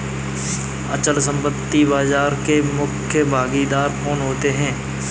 अचल संपत्ति बाजार के मुख्य भागीदार कौन होते हैं?